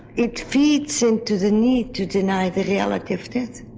it feeds into the need to deny the reality of death.